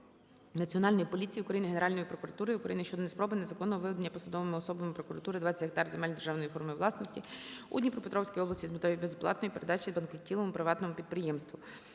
Національної поліції України, Генеральної прокуратури України щодо спроби незаконного виведення посадовими особами прокуратури 20 гектар земель державної форми власності у Дніпропетровській області, з метою їх безоплатної передачі збанкрутілому приватному підприємству.